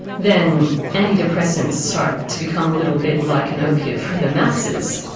then antidepressants start to become a little bit like an opiate for the masses.